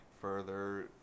further